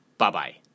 Bye-bye